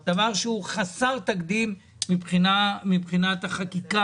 שזה דבר שהוא חסר תקדים מבחינת החקיקה,